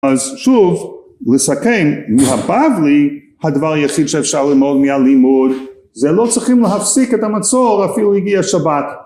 אז שוב לסכם מהבבלי הדבר היחיד שאפשר ללמוד מהלימוד זה לא צריכים להפסיק את המצור אפילו הגיע שבת